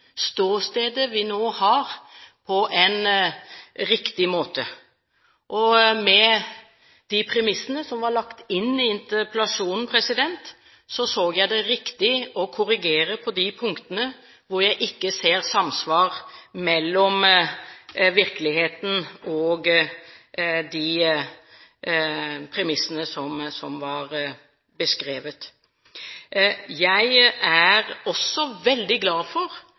ståstedet vi nå har, på en riktig måte. Med de premissene som var lagt inn i interpellasjonen, så jeg det riktig å korrigere på de punktene hvor jeg ikke ser samsvar mellom virkeligheten og de premissene som var beskrevet. Jeg er også veldig glad for